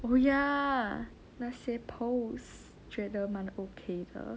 oh ya 那些 poles 觉得蛮 okay 的